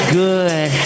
good